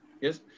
Yes